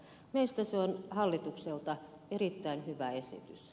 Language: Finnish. meistä se on hallitukselta erittäin hyvä esitys